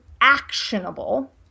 actionable